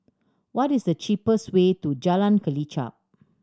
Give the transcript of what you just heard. what is the cheapest way to Jalan Kelichap